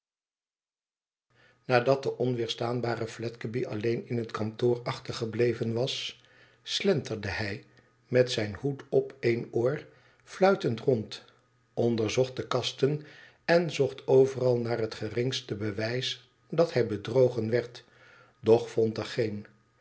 nadat de onweerstaanbare fledgeby alleen in het kantoor achtergebleven was slenterde hij roet zijn hoed op één oor fluitend rond onderzocht de kasten en zocht overal naar het geringste bewijs dat hij bedrogen werd doch vond er geen